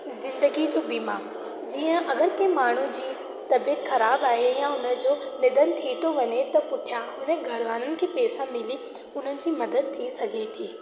ज़िंदगी जो बीमा जीअं अगरि कंहिं माण्हूअ जी तबियत ख़राबु आहे या हुनजो निधन थी थो वञे त पुठियां हुनजे घर वारनि खे पैसा मिली उन्हनि जी मदद थी सघे थी